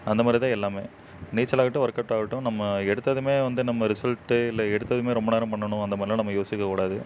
அந்த மாதிரி தான் எல்லாமே நீச்சல் ஆகட்டும் ஒர்க் அவுட் ஆகட்டும் நம்ம எடுத்ததுமே வந்து நம்ம ரிசல்ட்டு இல்லை எடுத்ததுமே ரொம்ப நேரம் பண்ணணும் அந்த மாதிரிலாம் நம்ம யோசிக்கக்கூடாது